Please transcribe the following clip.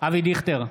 אבי דיכטר,